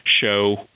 show